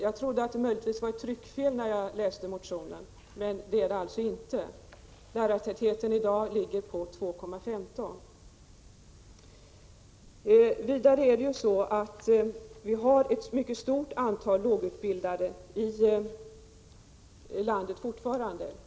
Jag trodde att det möjligen var ett tryckfel när jag läste motionen, men det är det alltså inte. Lärartätheten ligger i dag på 2,15. Vidare har vi fortfarande ett mycket stort antal lågutbildade i landet.